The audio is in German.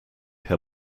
herr